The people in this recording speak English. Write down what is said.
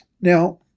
Now